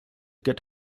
get